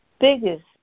biggest